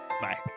Bye